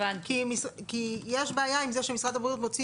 כי יש בעיה עם זה שמשרד הבריאות מוציא